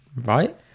Right